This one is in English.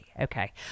Okay